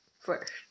first